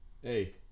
hey